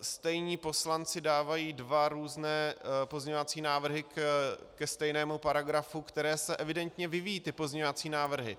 Stejní poslanci dávají dva různé pozměňovací návrhy ke stejnému paragrafu, které se evidentně vyvíjejí, ty pozměňovací návrhy.